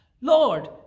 Lord